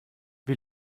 wie